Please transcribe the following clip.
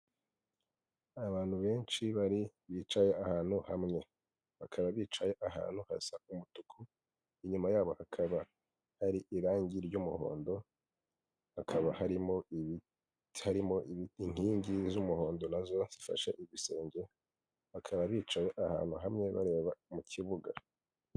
Abantu benshi bari bicaye ahantu hamwe bakaba bicaye ahantu hasa umutuku inyuma yabo hakaba hari irangi ry'umuhondo hakaba harimo ibirimo inkingi z'umuhondo nazo zifashe ibisenge bakaba bicaye ahantu hamwe bareba mu kibuga.